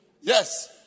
Yes